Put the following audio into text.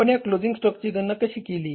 आपण या क्लोजिंग स्टॉकची गणना कशी केली